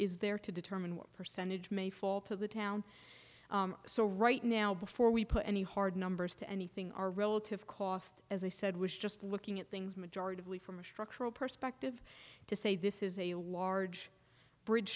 is there to determine what percentage may fall to the town so right now before we put any hard numbers to anything our relative cost as i said was just looking at things majority really from a structural perspective to say this is a large bridge